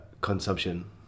consumption